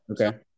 Okay